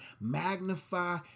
magnify